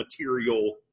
material